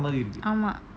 ஆமா:ama